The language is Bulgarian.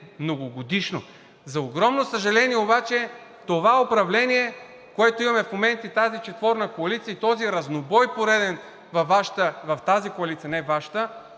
многогодишно управление. За огромно съжаление обаче, това управление, което имаме в момента, и тази четворна коалиция, и този пореден разнобой в тази коалиция, не Вашата,